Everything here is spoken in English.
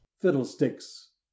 fiddlesticks